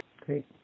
Great